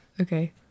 okay